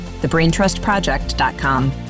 thebraintrustproject.com